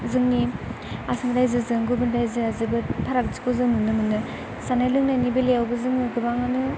जोंनि आसाम रायजोजों गुबुन रायजोआ जोबोद फारागथिखौ जों नुनो मोनो जानाय लोंनायनि बेलायावबो जोङो गोबाङानो